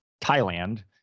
Thailand